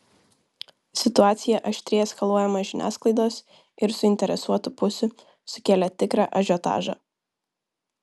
situacija aštriai eskaluojama žiniasklaidos ir suinteresuotų pusių sukėlė tikrą ažiotažą